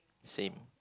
same